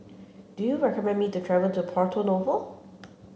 do you recommend me to travel to Porto Novo